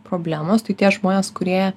problemos tai tie žmonės kurie